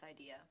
idea